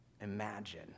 imagine